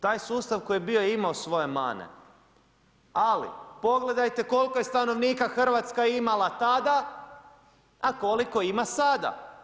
Taj sustav koji je bio, imao je svoje mane ali pogledajte koliko je stanovnika Hrvatska imala tada a koliko ima sada.